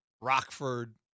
Rockford